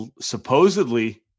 supposedly